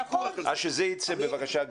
אז שזה ייצא בבקשה.